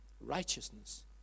righteousness